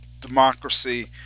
democracy